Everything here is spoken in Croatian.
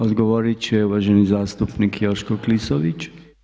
Odgovorit će uvaženi zastupnik Joško Klisović.